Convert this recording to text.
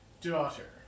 daughter